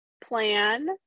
plan